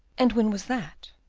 and when was that?